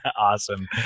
Awesome